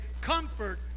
comfort